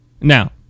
Now